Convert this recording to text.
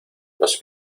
los